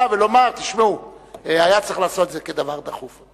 ולומר שהיה צריך לעשות את זה כדבר דחוף.